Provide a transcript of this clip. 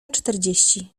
czterdzieści